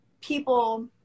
people